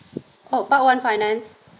oh part one finance